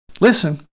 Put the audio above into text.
Listen